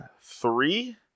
Three